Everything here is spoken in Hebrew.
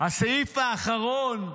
הסעיף האחרון,